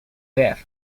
deaf